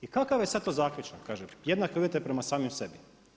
I kakav je sad to zaključak, kaže, jednake uvjete prema samom sebi?